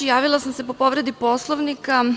Javila sam se po povredi Poslovnika.